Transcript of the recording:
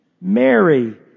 Mary